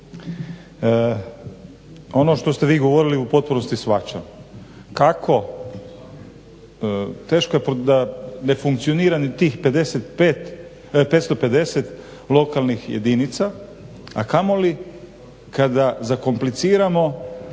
Ono što ste vi govorili u potpunosti shvaćam. Kako? Teško je da ne funkcionira ni tih 550 lokalnih jedinica, a kamoli kada zakompliciramo